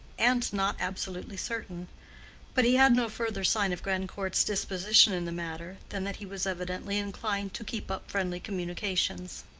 and not absolutely certain but he had no further sign of grandcourt's disposition in the matter than that he was evidently inclined to keep up friendly communications.